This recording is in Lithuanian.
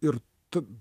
ir ta